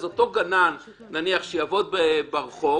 אז אותו גנן שיעבוד ברחוב,